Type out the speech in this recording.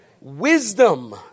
Wisdom